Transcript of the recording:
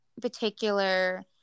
particular